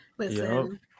Listen